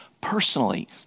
personally